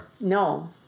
No